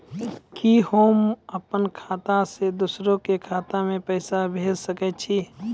कि होम अपन खाता सं दूसर के खाता मे पैसा भेज सकै छी?